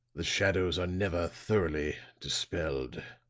the shadows are never thoroughly dispelled.